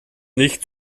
nicht